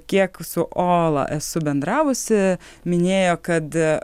kiek su ola esu bendravusi minėjo kad